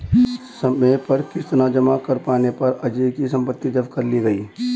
समय पर किश्त न जमा कर पाने पर अजय की सम्पत्ति जब्त कर ली गई